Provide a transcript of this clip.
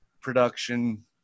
production